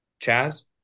Chaz